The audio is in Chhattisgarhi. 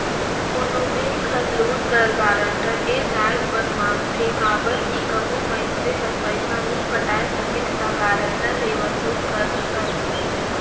कोनो बेंक हर लोन कर गारंटर ए जाएत बर मांगथे काबर कि कहों मइनसे हर पइसा नी पटाए सकिस ता गारंटर ले वसूल कर सकन